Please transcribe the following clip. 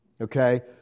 Okay